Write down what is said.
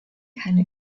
keine